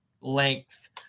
length